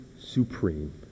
supreme